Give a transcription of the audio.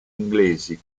inglesi